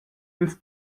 ils